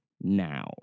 now